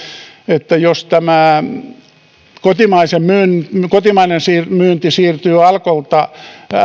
että jos tämä kotimainen myynti siirtyy alkolta